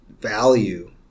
value